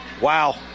Wow